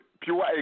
pure